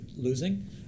losing